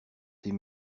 tes